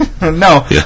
No